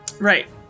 Right